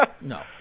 No